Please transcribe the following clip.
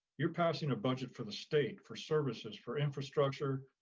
you're passing a budget for the state, for services, for infrastructure,